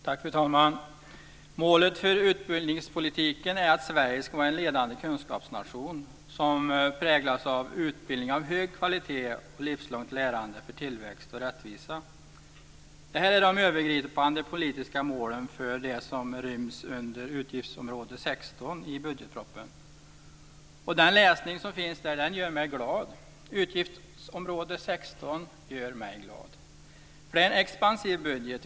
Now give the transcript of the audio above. Fru talman! Målet för utbildningspolitiken är att Sverige ska vara en ledande kunskapsnation som präglas av utbildning av hög kvalitet och livslångt lärande för tillväxt och rättvisa. Det är de övergripande politiska målen för det som ryms under utgiftsområde 16 i budgetpropositionen. Den läsning som finns där gör mig glad. Utgiftsområde 16 gör mig glad. Det är en expansiv budget.